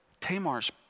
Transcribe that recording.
Tamar's